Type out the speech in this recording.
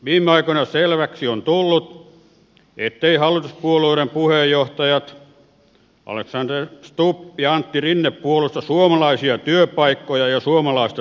viime aikoina selväksi on tullut etteivät hallituspuolueiden puheenjohtajat alexander stubb ja antti rinne puolusta suomalaisia työpaikkoja ja suomalaista teollisuutta